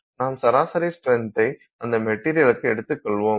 நாம் சராசரி ஸ்ட்ரென்த்தை அந்த மெட்டீரியலுக்கு எடுத்துக்கொள்வோம்